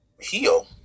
heal